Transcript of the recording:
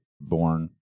born